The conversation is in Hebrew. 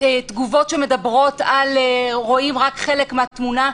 תגובות שמדברות על "רואים רק חלק מהתמונה",